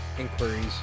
inquiries